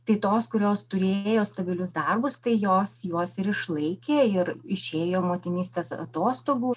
tai tos kurios turėjo stabilius darbus tai jos juos ir išlaikė ir išėjo motinystės atostogų